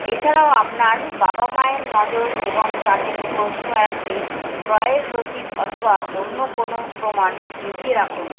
এছাড়াও আপনার বাবা মায়ের নজর এবং তাদের প্রশ্ন এড়াতে ক্রয়ের রসিদ অথবা অন্য কোনো প্রমাণ লুকিয়ে রাখুন